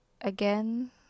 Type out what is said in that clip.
again